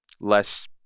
less